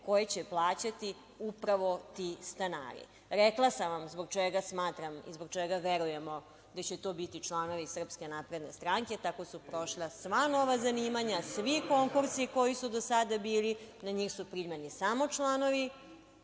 koje će plaćati upravo ti stanari. Rekla sam vam zbog čega smatram i zbog čega verujemo da će to biti članovi SNS, tako su prošla sva nova zanimanja, svi konkursi koji su do sada bili, na njih su primani samo članovi